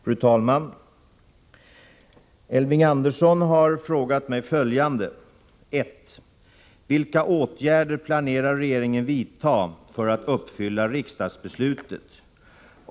Fru talman! Elving Andersson har frågat mig följande: 2.